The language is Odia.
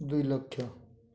ଦୁଇ ଲକ୍ଷ